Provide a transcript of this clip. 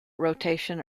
rotation